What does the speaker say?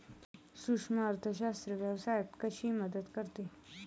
सूक्ष्म अर्थशास्त्र व्यवसायात कशी मदत करते?